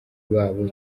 babo